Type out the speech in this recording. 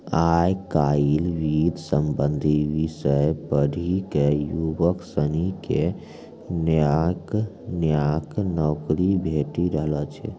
आय काइल वित्त संबंधी विषय पढ़ी क युवक सनी क नयका नयका नौकरी भेटी रहलो छै